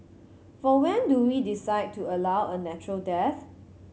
for when do we decide to allow a natural death